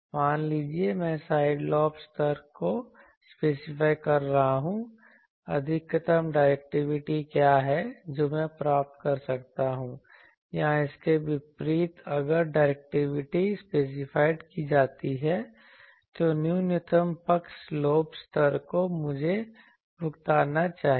मान लीजिए मैं साइड लोब स्तरों को स्पेसिफाइ कर रहा हूं अधिकतम डायरेक्टिविटी क्या है जो मैं प्राप्त कर सकता हूं या इसके विपरीत अगर डायरेक्टिविटी स्पेसिफाइड की जाती है तो न्यूनतम पक्ष लोब स्तर जो मुझे भुगतना चाहिए